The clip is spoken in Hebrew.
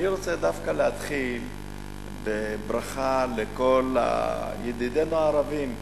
אני רוצה דווקא להתחיל בברכה לכל ידידינו הערבים,